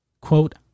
quote